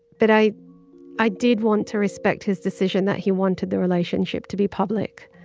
but i i did want to respect his decision that he wanted the relationship to be public.